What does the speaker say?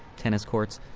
tennis courts,